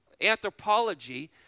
anthropology